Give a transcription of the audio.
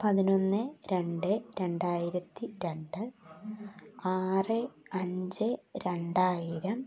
പതിനൊന്ന് രണ്ട് രണ്ടായിരത്തി രണ്ട് ആറ് അഞ്ച് രണ്ടായിരം